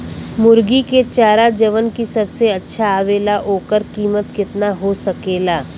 मुर्गी के चारा जवन की सबसे अच्छा आवेला ओकर कीमत केतना हो सकेला?